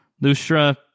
Lustra